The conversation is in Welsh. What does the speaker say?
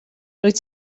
rwyt